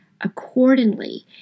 accordingly